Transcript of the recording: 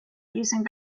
using